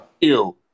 Ew